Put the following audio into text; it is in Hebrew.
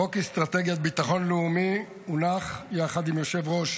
חוק אסטרטגיית ביטחון לאומי הונח יחד עם יושב-ראש